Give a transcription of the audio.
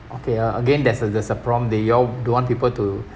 okay uh again there's the there's a prompt that you all don't want people to